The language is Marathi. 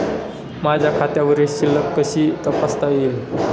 माझ्या खात्यावरील शिल्लक कशी तपासता येईल?